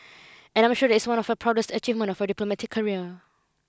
and I'm sure that is one of your proudest achievements of your diplomatic career